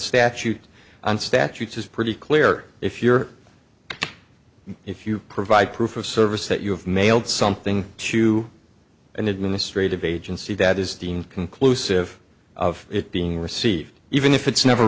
statute and statutes is pretty clear if you're if you provide proof of service that you have mailed something to an administrative agency that is deemed conclusive of it being received even if it's never